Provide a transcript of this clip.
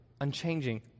unchanging